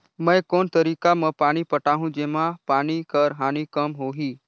मैं कोन तरीका म पानी पटाहूं जेमा पानी कर हानि कम होही?